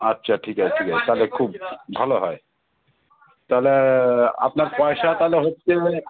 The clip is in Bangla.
আচ্ছা ঠিক আছে তাহলে খুব ভালো হয় তাহলে আপনার পয়সা তাহলে হচ্ছে এবারে